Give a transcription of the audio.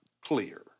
clear